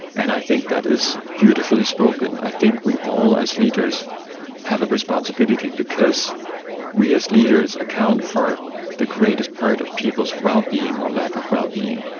and i think that is beautifully spoken. i think we all as leaders have a responsibility because we as leaders account for the greatest part of people's well-being or lack of well-being.